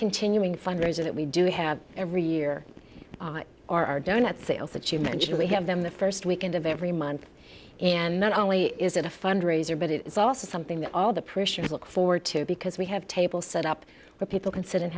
continuing fundraiser that we do we have every year on our donut sales that you mentioned we have them the first weekend of every month and not only is it a fundraiser but it's also something that all the pressure to look forward to because we have tables set up where people can sit and